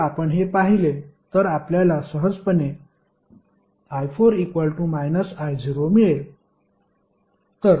तर आपण हे पाहिले तर आपल्याला सहजपणे i4 I0 मिळेल